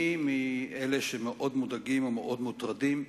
אני מאלה שמאוד מודאגים ומאוד מוטרדים.